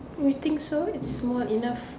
we think so it's small enough